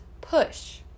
push